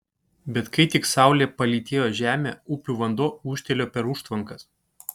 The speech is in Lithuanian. bet kai tik saulė palytėjo žemę upių vanduo ūžtelėjo per užtvankas